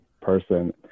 person